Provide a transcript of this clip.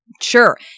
sure